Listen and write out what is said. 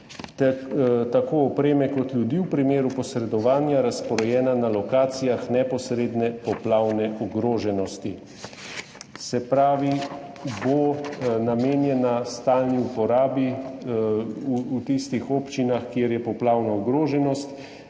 tako opreme kot ljudi v primeru posredovanja razporejena na lokacijah neposredne poplavne ogroženosti. Se pravi, namenjena bo stalni uporabi v tistih občinah, kjer je poplavna ogroženost,